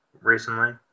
recently